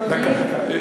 טוב, היה.